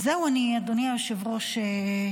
זהו, אדוני היושב-ראש.